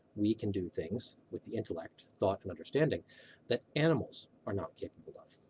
we can do things with the intellect, thought, and understanding that animals are not capable of.